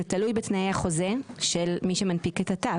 זה תלוי בתנאי החוזה של מי שמנפיק את התו.